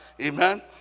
Amen